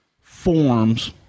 forms –